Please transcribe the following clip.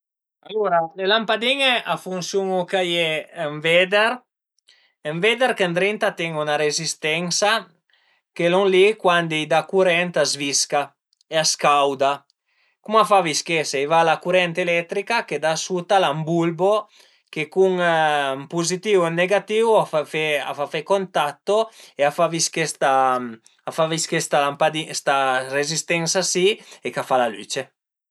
Alura le lampadin-e a funsiun-u ch'a ie ën veder, ën veder ch'ëndrinta a ten üna rezistensa che lon li cuandi a i da curent a s'visca e a scauda. Cum a fa a vischese? A i va la curent eletrica che da suta al e ën bulbo che cun ën puzitìu e ën negatìu a fa fe contatto e a fa visché sta a fa visché sta lampadin-a sta rezistensa si e ch'a fa la lüce